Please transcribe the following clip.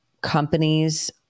companies